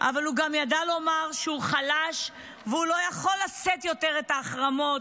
אבל הוא גם ידע לומר שהוא חלש והוא לא יכול לשאת יותר את ההחרמות